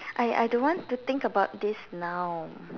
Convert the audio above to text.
I I don't want to think about this now